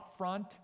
upfront